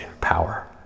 power